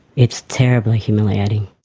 it's terribly humiliating.